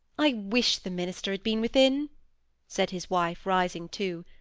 i wish the minister had been within said his wife, rising too.